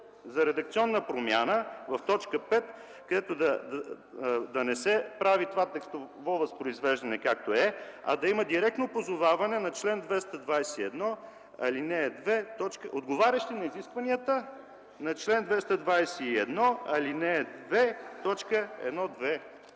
за редакционна промяна в т. 5, където да не се прави това текстово възпроизвеждане, както е, а да има директно позоваване на чл. 221, ал. 2, т. 1 „отговарящи на изискванията на чл. 221, ал. 2, т. 1, 2”.